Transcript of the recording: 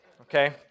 Okay